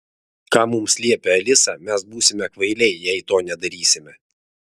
ką mums liepia alisa mes būsime kvailiai jei to nedarysime